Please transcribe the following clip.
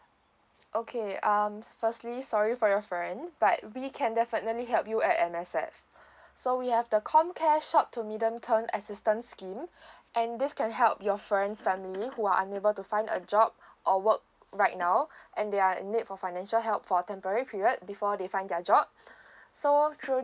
okay um firstly sorry for your friend but we can definitely help you at M_S_F so we have the comcare short to medium term assistance scheme and this can help your friend's family who are unable to find a job or work right now and they are in need for financial help for temporary period before they find their job so true